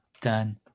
done